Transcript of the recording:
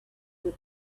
were